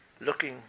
looking